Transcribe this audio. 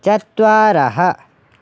चत्वारः